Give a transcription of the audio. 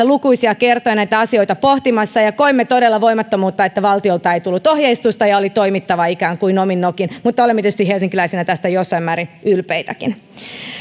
lukuisia kertoja näitä asioita pohtimassa koimme todella voimattomuutta että valtiolta ei tullut ohjeistusta ja oli toimittava ikään kuin omin nokin mutta olemme tietysti helsinkiläisinä tästä jossain määrin ylpeitäkin